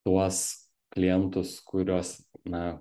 tuos klientus kuriuos na